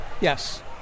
Yes